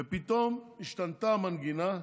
ופתאום השתנתה המנגינה,